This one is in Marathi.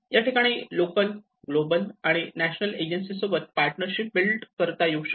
या ठिकाणी लोकल ग्लोबल आणि नॅशनल एजन्सी सोबत पार्टनरशिप बिल्ड करता येऊ शकते